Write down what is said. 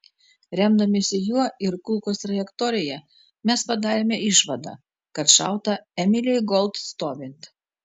remdamiesi juo ir kulkos trajektorija mes padarėme išvadą kad šauta emilei gold stovint